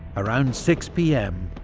around six pm,